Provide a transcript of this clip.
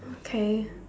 okay